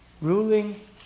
Ruling